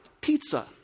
pizza